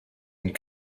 and